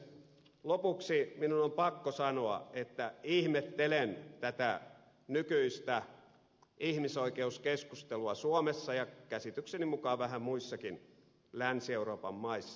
lopuksi minun on pakko sanoa että ihmettelen tätä nykyistä ihmisoikeuskeskustelua suomessa ja käsitykseni mukaan vähän muissakin länsi euroopan maissa